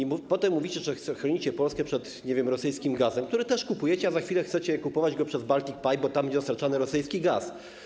A potem mówicie, że chronicie Polskę przed rosyjskim gazem, który też kupujecie, a za chwilę chcecie kupować go przez Baltic Pipe, bo tam będzie dostarczany rosyjski gaz.